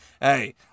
hey